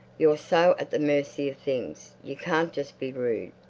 you're so at the mercy of things. you can't just be rude.